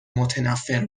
متنفر